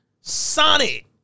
Sonic